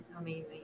Amazing